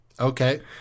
Okay